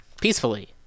Peacefully